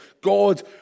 God